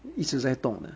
一直在动的